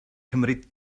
cymryd